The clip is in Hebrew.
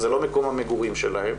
זה לא מקום המגורים שלהם.